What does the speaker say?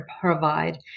provide